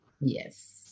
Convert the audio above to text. Yes